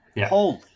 Holy